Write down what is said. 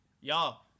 y'all